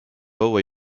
õue